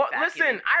Listen